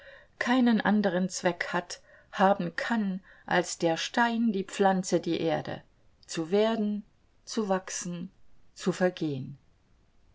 keinen anderen zweck hat haben kann als der stein die pflanze die erde zu werden zu wachsen zu vergehen